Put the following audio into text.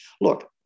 Look